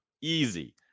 easy